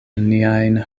niajn